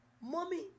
Mommy